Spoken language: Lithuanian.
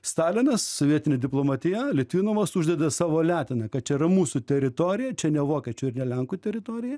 stalinas sovietinė diplomatija litvinovas uždeda savo leteną kad čia yra mūsų teritorija čia ne vokiečių ir ne lenkų teritorija